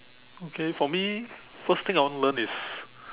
okay for me first thing I wanna learn is